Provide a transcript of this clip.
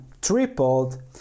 tripled